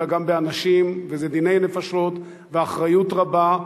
אלא גם באנשים, וזה דיני נפשות ואחריות רבה.